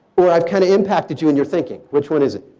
or i kind of impacted you and you're thinking. which one is it?